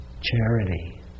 charity